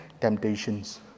temptations